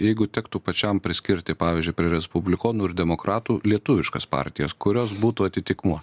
jeigu tektų pačiam priskirti pavyzdžiui prie respublikonų ir demokratų lietuviškas partijas kurios būtų atitikmuo